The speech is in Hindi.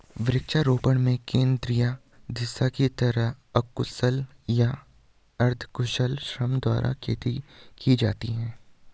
वृक्षारोपण में केंद्रीय दिशा के तहत अकुशल या अर्धकुशल श्रम द्वारा खेती की जाती है